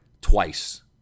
twice